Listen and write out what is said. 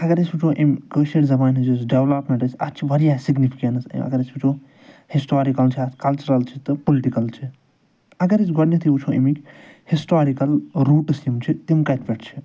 اگر أسۍ وُچھَو أمۍ کٲشِر زبانہِ ۂنٛز یۄس ڈٮ۪ولَپمیٚنٹ ٲسۍ اَتھ چھِ واریاہ سِگنِفِنَس اگر أسۍ وُچھَو ہِشٹارِکَل چھِ اَتھ کَلچَرَل چھِ تہٕ پُلٹِکَل چھِ اگر أسۍ گۄڈٕنٮ۪تھٕے وُچھَو أمیکۍ ہِشٹارِکَل روٗٹٕس یِم چھِ تِم کَتہِ پٮ۪ٹھ چھِ